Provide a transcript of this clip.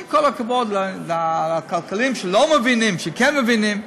עם כל הכבוד לכלכלנים שלא מבינים, שכן מבינים,